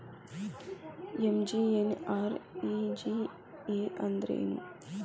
MGNREGA ಅಂದ್ರೆ ಏನು?